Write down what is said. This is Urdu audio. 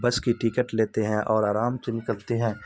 بس کی ٹکٹ لیتے ہیں اور آرام سے نکلتے ہیں